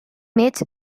meet